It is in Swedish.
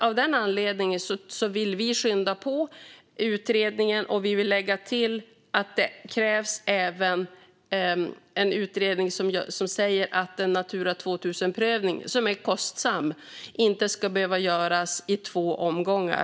Av den anledningen vill vi skynda på utredningen, och vi vill lägga till att det även krävs en utredning där det framgår att en Natura 2000-prövning, som är kostsam, inte ska behöva göras i två omgångar.